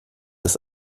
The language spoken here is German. des